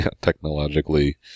technologically